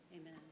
Amen